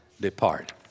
depart